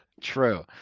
True